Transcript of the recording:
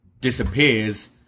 disappears